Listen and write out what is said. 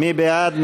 מי בעד?